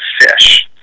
fish